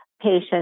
patients